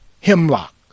hemlock